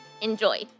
Enjoy